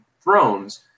thrones